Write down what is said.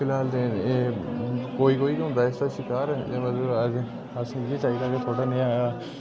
फिलहाल ते एह् कोई कोई गै होंदा इसदा शिकार ते मतलब अस समझी सकदे आं की थोह्ड़ा नेहा